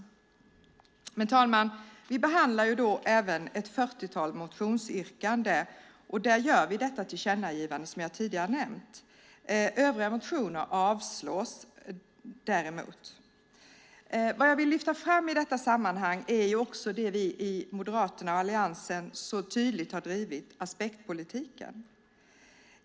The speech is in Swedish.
Herr talman! Vi behandlar även ett fyrtiotal motionsyrkanden, och där gör vi även det tillkännagivande som jag tidigare har nämnt. Övriga motioner avstyrks däremot. I detta sammanhang vill jag lyfta fram det som vi i Moderaterna och i Alliansen så tydligt har drivit, nämligen aspektpolitiken.